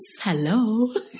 Hello